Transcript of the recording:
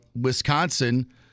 Wisconsin